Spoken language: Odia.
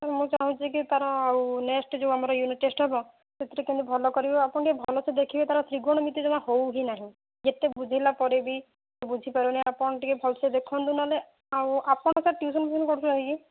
ମୁଁ ଚାହୁଁଛି କି ତା'ର ଆଉ ନେକ୍ସଟ୍ ଯୋଉ ଆମର ୟୁନିଟ୍ ଟେଷ୍ଟ୍ ହେବ ସେଥିରେ କେମିତି ଭଲ କରିବ ଆପଣ ଟିକିଏ ଭଲସେ ଦେଖିବେ ତା'ର ତ୍ରିଗୋଣମିତି ଜମା ହେଉ ହି ନାହିଁ ଯେତେ ବୁଝେଇଲା ପରେ ବି ବୁଝିପାରୁ ନାହିଁ ଆପଣ ଟିକିଏ ଭଲସେ ଦେଖନ୍ତୁ ନହେଲେ ଆଉ ଆପଣ ସାର୍ ଟ୍ୟୁସନ୍ଫ୍ୟୁସନ୍ କରୁଛନ୍ତି କି